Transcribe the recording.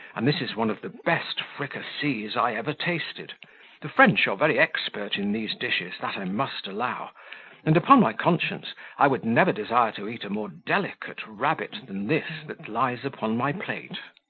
and this is one of the best fricassees i ever tasted the french are very expert in these dishes, that i must allow and, upon my conscience, i would never desire to eat a more delicate rabbit than this that lies upon my plate.